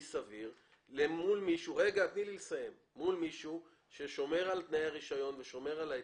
סביר מול מישהו ששומר על תנאי הרישיון ושומר על תנאי